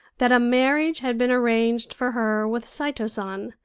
that a marriage had been arranged for her with saito san,